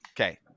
okay